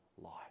life